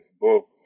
book